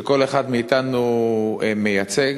שכל אחד מאתנו מייצג,